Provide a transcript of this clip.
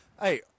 Hey